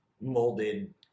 molded